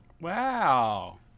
wow